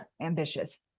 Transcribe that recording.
ambitious